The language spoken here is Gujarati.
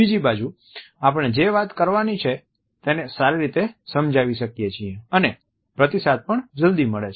બીજી બાજુ આપણે જે વાત કરવાની છે તેને સારી રીતે સમજાવી શકીએ છીએ અને પ્રતિસાદ પણ જલ્દી મળે છે